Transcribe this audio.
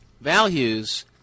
values